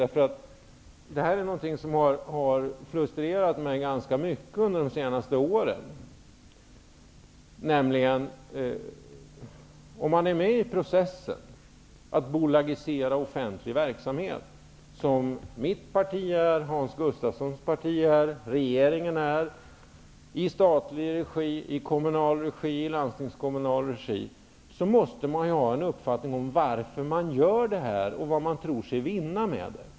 Detta har under de senaste åren frustrerat mig ganska mycket. Om man är med i processen att i statlig, i kommunal och i landstingskommunal regi bolagisera offentlig verksamhet -- vilket mitt parti, Hans Gustafssons parti och regeringen är -- måste man ju ha en uppfattning om varför man gör detta och vad man tror sig vinna på det.